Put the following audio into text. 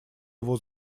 его